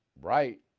right